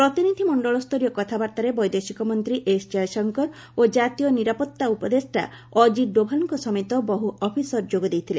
ପ୍ରତିନିଧି ମଣ୍ଡଳସ୍ତରୀୟ କଥାବାର୍ତ୍ତାରେ ବୈଦେଶିକ ମନ୍ତ୍ରୀ ଏସ୍ ଜୟଶଙ୍କର ଓ ଜାତୀୟ ନିରାପତ୍ତା ଉପଦେଷ୍ଟା ଅଜିତ୍ ଡୋଭାଲ୍ଙ୍କ ସମେତ ବହୁ ଅଫିସର ଯୋଗ ଦେଇଥିଲେ